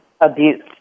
abuse